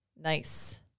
nice